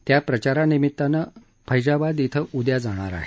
त्या प्रचारानिमित्तानं फैजाबाद इथं उद्या जाणार आहेत